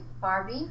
Barbie